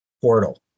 portal